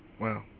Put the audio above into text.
Wow